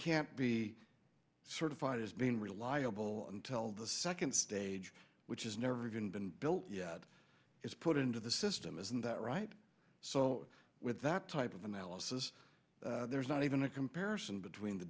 can't be certified as being reliable and tell the second stage which is never going been built yet is put into the system isn't that right so with that type of analysis there's not even a comparison between the